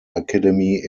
academy